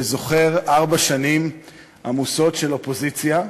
שזוכר ארבע שנים עמוסות של אופוזיציה.